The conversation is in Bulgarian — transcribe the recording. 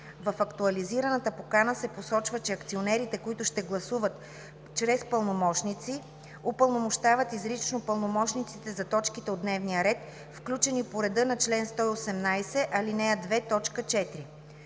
„В актуализираната покана се посочва, че акционерите, които ще гласуват чрез пълномощници, упълномощават изрично пълномощниците за точките от дневния ред, включени по реда на чл. 118, ал. 2,